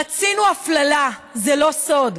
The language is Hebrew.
רצינו הפללה, זה לא סוד.